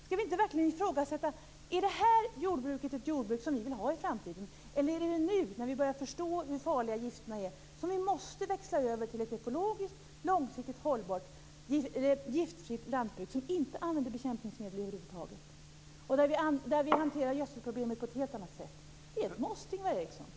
Skall vi inte verkligen ifrågasätta om dagens jordbruk är ett jordbruk som vi vill ha i framtiden? Är det inte nu, när vi börjar förstå hur farliga gifterna är, som vi måste växla över till ett ekologiskt långsiktigt hållbart och giftfritt lantbruk, som över huvud taget inte använder bekämpningsmedel och där vi hanterar gödselproblemet på ett helt annat sätt? Det är väl ett måste, Ingvar Eriksson?